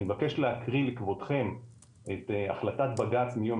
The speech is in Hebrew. אני מבקש להקריא לכבודכם את החלטת בג"ץ מיום